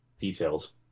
details